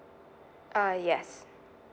uh yes